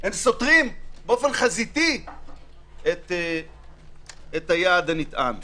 הם סותרים חזיתית את היעד הנטען.